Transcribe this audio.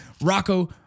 Rocco